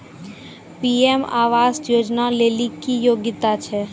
PM आवास योजना लेली की योग्यता छै?